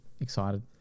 excited